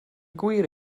gwir